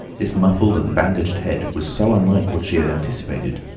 this muffled and bandaged head was so unlike what she had anticipated,